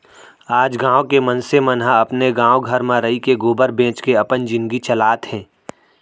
आज गॉँव के मनसे मन ह अपने गॉव घर म रइके गोबर बेंच के अपन जिनगी चलात हें